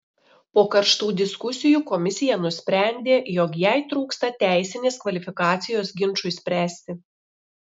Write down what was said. po karštų diskusijų komisija nusprendė jog jai trūksta teisinės kvalifikacijos ginčui spręsti